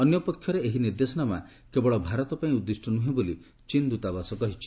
ଅନ୍ୟପକ୍ଷରେ ଏହି ନିର୍ଦ୍ଦେଶନାମା କେବଳ ଭାରତ ପାଇଁ ଉଦ୍ଦିଷ୍ଟ ନୁହେଁ ବୋଲି ଚୀନ୍ ଦୂତାବାସ କହିଛି